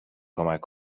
کمک